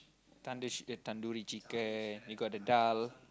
tandoor~ eh Tandoori chicken you got the daal